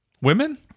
women